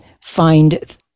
find